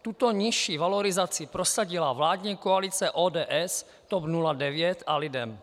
Tuto nižší valorizaci prosadila vládní koalice ODS, TOP 09 a LIDEM.